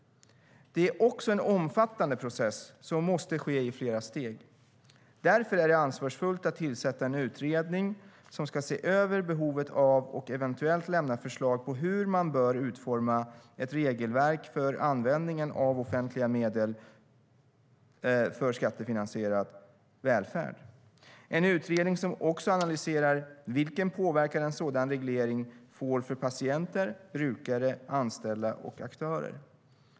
Det är också en omfattande process som måste ske i flera steg. Därför är det ansvarsfullt att tillsätta en utredning som ska se över behovet av ett regelverk för användningen av offentliga medel för skattefinansierad välfärd och eventuellt lämna förslag på hur det bör utformas. Utredningen ska också analysera vilken påverkan en sådan reglering får på patienter, brukare, anställda och aktörer.